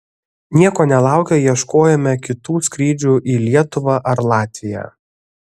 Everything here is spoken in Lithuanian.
nieko nelaukę ieškojome kitų skrydžių į lietuvą ar latviją